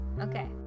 okay